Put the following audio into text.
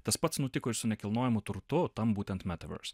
tas pats nutiko ir su nekilnojamu turtu tam būtent metaverse